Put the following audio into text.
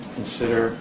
consider